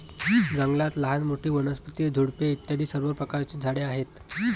जंगलात लहान मोठी, वनस्पती, झुडपे इत्यादी सर्व प्रकारची झाडे आहेत